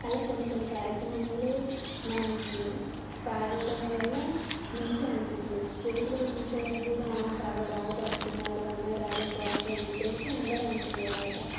అలా కొన్ని కొన్ని కార్యక్రమంలో మనం పాడటం వల్ల మంచిగా అనిపిస్తుంది ఎదుటివాళ్ళు చూసేవాళ్ళు కూడా చాలా బాగా పాడుతున్నారు అమ్మాయి రాగం బాగుంది అని చెప్పేసి అందరు అంటుండే అన్నమాట